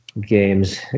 games